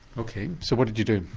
ok, so what did you do?